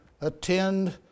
attend